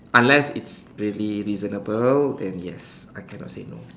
unless it's really reasonable then yes I cannot say no